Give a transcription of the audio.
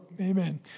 Amen